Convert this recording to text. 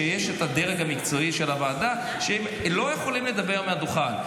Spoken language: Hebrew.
כשיש את הדרג המקצועי של הוועדה הם לא יכולים לדבר מהדוכן,